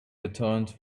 returned